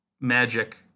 magic